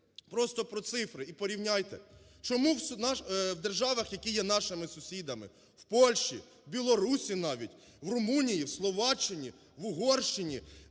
просто по цифри і порівняйте чому в державах, які є нашими сусідами в Польщі, в Білорусі навіть, в Румунії, в Словаччині, в Угорщині,